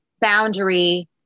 boundary